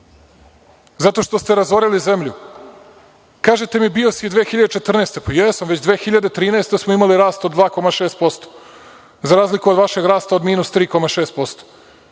zato što ste razorili zemlju. Kažete mi – bio se 2014. godine. Pa, jesam već 2013. godine smo imali rast od 2,6% za razliku od vašeg rasta od minus 3,6%.